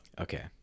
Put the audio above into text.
Okay